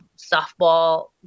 softball